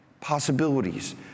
possibilities